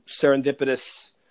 serendipitous